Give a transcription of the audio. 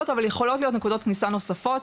אבל יכולות להיות נקודות כניסה נוספות,